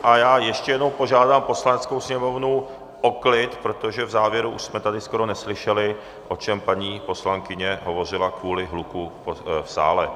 A já ještě jednou požádám Poslaneckou sněmovnu o klid, protože v závěru už jsme tady skoro neslyšeli, o čem paní poslankyně hovořila, kvůli hluku v sále.